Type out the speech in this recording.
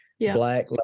black